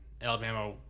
Alabama